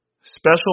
Special